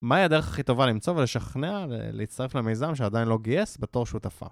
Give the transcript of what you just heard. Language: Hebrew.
מהי הדרך הכי טובה למצוא ולשכנע להצטרף למיזם שעדיין לא גייס בתור שותפה?